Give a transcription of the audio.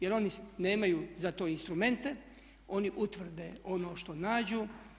Jer oni nemaju za to instrumente, oni utvrde ono što nađu.